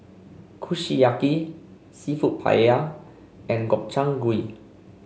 Kushiyaki seafood Paella and Gobchang Gui